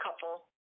couple